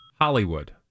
Hollywood